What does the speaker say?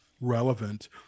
relevant